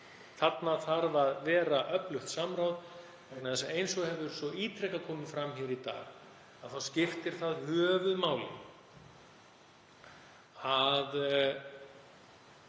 Þarna þarf að vera öflugt samráð vegna þess að eins og hefur ítrekað komið fram í dag þá skiptir höfuðmáli